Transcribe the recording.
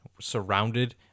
Surrounded